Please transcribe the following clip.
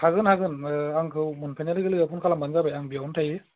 हागोन हागोन ओह आंखौ मोनफैनाय लोगो लोगो फन खालामबानो जाबाय आं बेयावनो थायो